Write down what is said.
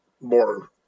more